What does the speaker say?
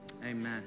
amen